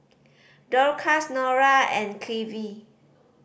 Dorcas Nora and Cliffie